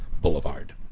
Boulevard